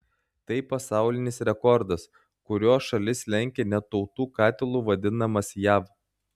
tai pasaulinis rekordas kuriuo šalis lenkia net tautų katilu vadinamas jav